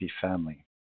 family